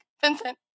Vincent